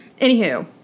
Anywho